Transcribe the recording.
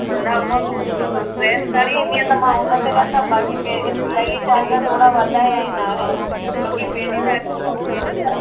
हुनखां पोइ तूं ड्रेस खणी ईंदीअ त मां हुन ते कंदमि बाक़ी पहिरीं सिलाईअ चार्ज त थोरा वधाया आहिनि हाणे छोकी पहिरीं त